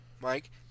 Mike